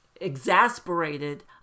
exasperated